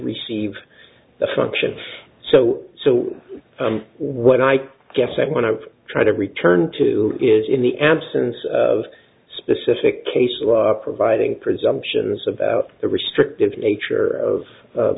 receive the function so so what i guess i want to try to return to is in the absence of specific cases providing presumptions about the restrictive nature of